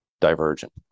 Divergent